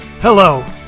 Hello